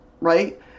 right